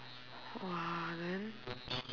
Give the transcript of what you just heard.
!wah! then